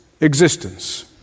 existence